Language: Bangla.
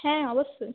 হ্যাঁ অবশ্যই